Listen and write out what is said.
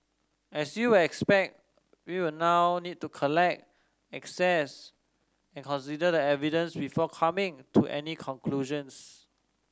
as you will expect we will now need to collect assess and consider the evidence before coming to any conclusions